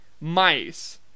mice